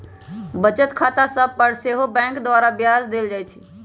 बचत खता सभ पर सेहो बैंक द्वारा ब्याज देल जाइ छइ